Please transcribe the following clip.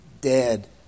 dead